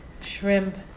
shrimp